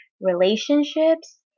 relationships